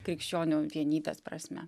krikščionių vienybės prasme